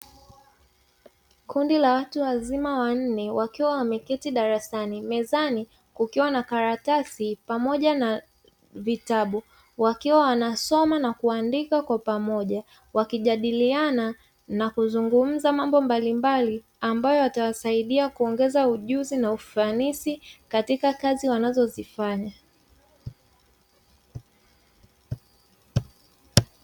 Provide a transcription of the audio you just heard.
Kundi la watu wazima wanne, wakiwa wameketi darasani, mezani kukiwa na karatasi pamoja na vitabu, wakiwa wanasoma na kuandika kwa pamoja, wakijadiliana na kuzungumza mambo mbalimbali ambayo yatawasaidia kuongeza ujuzi na ufanisi katika kazi wanazozifanya.